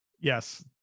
Yes